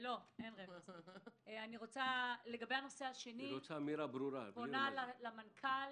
לגבי הנושא השני, פונה למנכ"ל.